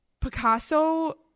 Picasso